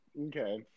Okay